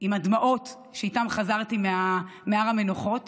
עם הדמעות שאיתן חזרתי מהר המנוחות